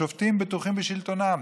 השופטים בטוחים בשלטונם.